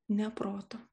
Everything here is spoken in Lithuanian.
ne proto